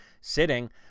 sitting